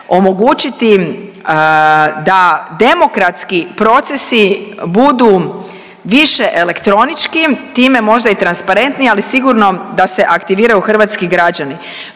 omogućiti da demokratski procesi budu više elektronički, time možda i transparentniji, ali sigurno da se aktiviraju hrvatski građani.